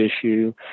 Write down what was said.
issue